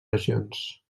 regions